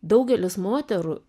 daugelis moterų